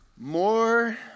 More